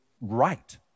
right